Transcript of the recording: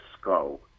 skull